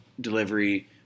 delivery